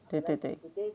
对对对